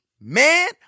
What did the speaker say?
man